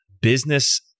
business